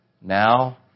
now